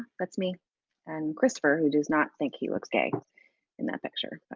that's me and christopher, who does not think he looks gay in that picture.